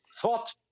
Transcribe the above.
thought